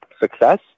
success